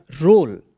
role